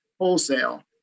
wholesale